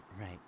right